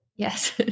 Yes